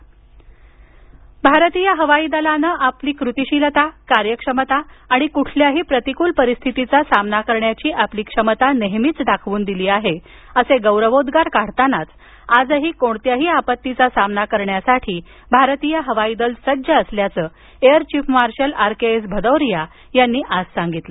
air force day भारतीय हवाई दलान आपला कृतिशीलता कार्यक्षमता आणि कुठल्याही प्रतिकुल परिस्थितीचा सामना प करण्याची आपली क्षमता नेहमीच दाखवून दिली आहे असे गौरवोद्रार काढतानाच आजही कोणत्याही प आपत्तीचा सामना करण्यासाठी भारतीय हवाई दल सज्ज असल्याचं air chief marshal RKS Bhadauria यांनी आज सांगितलं